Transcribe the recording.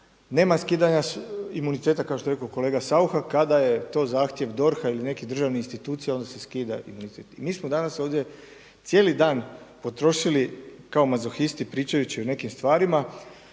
nema skidanja imuniteta kao što je rekao kolega Saucha, kada je to zahtjev DORH-a ili neke državne institucije onda se skida imunitet. Mi smo danas ovdje cijeli dan potrošili kao mazohisti pričajući o nekim stvarima.